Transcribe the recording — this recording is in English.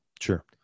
Sure